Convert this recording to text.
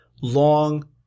long